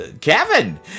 Kevin